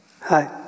Hi